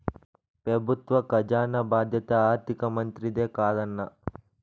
పెబుత్వ కజానా బాధ్యత ఆర్థిక మంత్రిదే కదన్నా